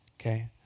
Okay